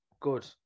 good